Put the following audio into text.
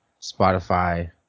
Spotify